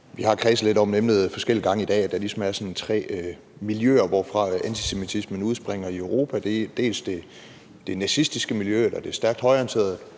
Vi har kredset lidt om emnet flere gange i dag, nemlig at der ligesom er tre miljøer, hvorfra antisemitismen udspringer i Europa. Det er det nazistiske eller det stærkt højreorienterede